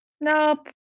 Nope